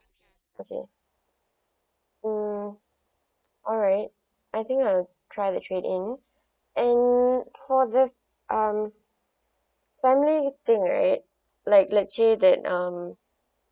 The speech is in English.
okay mm alright I think I'll try the trade in and for the um family thing right like let's say that um